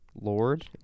Lord